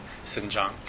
Xinjiang